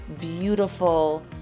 beautiful